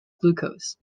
glucose